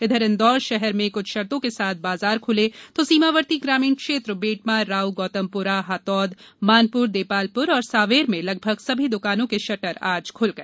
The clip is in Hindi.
उधर इंदौर शहर में कुछ शर्तो के साथ बाजार खुले तो सीमावर्ती ग्रामीण क्षेत्र बेटमा राऊ गौतमपुरा हातोद मानपुर देपालपुर और सांवेर में लगभग सभी दुकानों के शटर आज खुल गए